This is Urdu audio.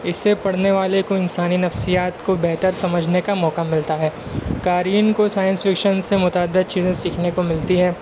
اس سے پڑھنے والے کو انسانی نفسیات کو بہتر سمجھنے کا موقع ملتا ہے قارئین کو سائنس فکشن سے متعدد چیزیں سیکھنے کو ملتی ہے